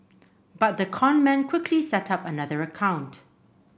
but the con man quickly set up another account